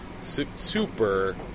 super